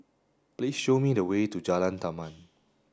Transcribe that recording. please show me the way to Jalan Taman